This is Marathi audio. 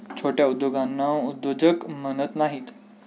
छोट्या उद्योगांना उद्योजक म्हणत नाहीत